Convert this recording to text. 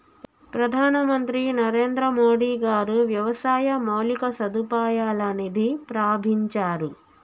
ప్రధాన మంత్రి నరేంద్రమోడీ గారు వ్యవసాయ మౌలిక సదుపాయాల నిధి ప్రాభించారు